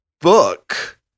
book